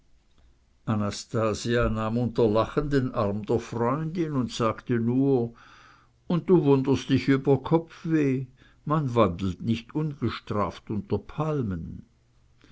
unter lachen den arm der freundin und sagte nur und du wunderst dich über kopfweh man wandelt nicht ungestraft unter palmen